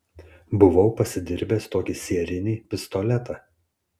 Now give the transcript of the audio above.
buvau pasidirbęs tokį sierinį pistoletą